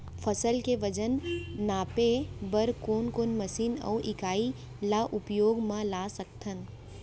फसल के वजन मापे बर कोन कोन मशीन अऊ इकाइयां ला उपयोग मा ला सकथन?